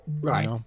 Right